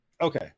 Okay